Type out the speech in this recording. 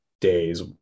days